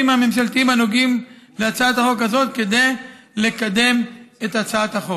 הממשלתיים הנוגעים להצעת החוק הזאת כדי לקדם את הצעת החוק.